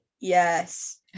Yes